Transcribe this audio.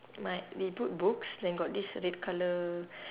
my we put books then got this red colour